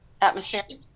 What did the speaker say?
atmosphere